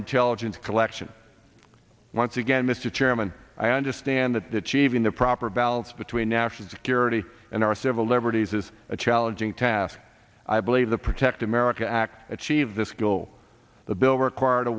intelligence collection once again mr chairman i understand that the achieving the proper balance between national security and our civil liberties is a challenging task i believe the protect america act achieve this goal the bill requires a